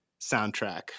soundtrack